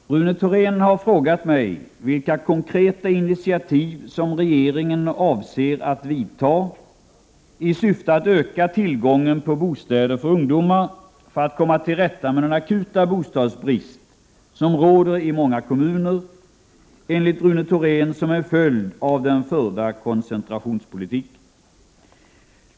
Herr talman! Rune Thorén har frågat mig vilka konkreta initiativ som regeringen avser att vidta i syfte att öka tillgången på bostäder för ungdomar för att komma till rätta med den akuta bostadsbrist som råder i många kommuner, enligt Rune Thorén som en följd av den förda koncentrationspolitiken.